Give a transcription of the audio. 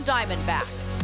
Diamondbacks